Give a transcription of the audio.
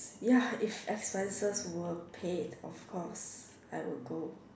ya if expenses were paid of course I will go